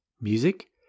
Music